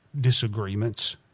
disagreements